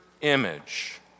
image